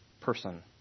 person